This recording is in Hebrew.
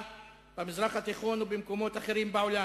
במזרח התיכון ובמקומות אחרים בעולם,